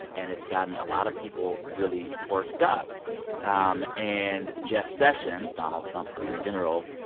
and it's gotten a lot of people really worked up um and jeff sessions, donald trump's attorney general,